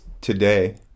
today